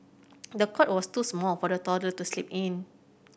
the cot was too small for the toddler to sleep in